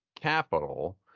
capital